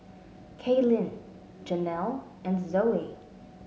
Kaylyn Janelle and Zoey